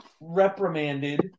reprimanded